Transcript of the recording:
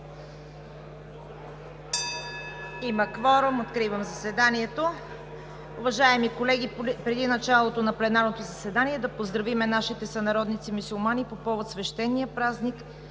Има кворум. Откривам заседанието. Уважаеми колеги, преди началото на пленарното заседание да поздравим нашите сънародници – мюсюлмани, по повод свещения празник